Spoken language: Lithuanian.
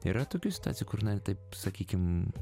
yra tokių situacijų kur na taip sakykim